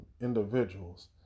individuals